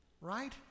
right